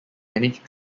managed